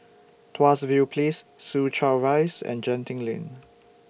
Tuas View Place Soo Chow Rise and Genting Lane